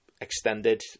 extended